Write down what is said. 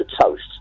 toast